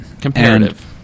Comparative